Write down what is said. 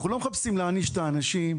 אנחנו לא מחפשים להעניש את האנשים,